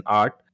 art